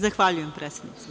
Zahvaljujem predsednice.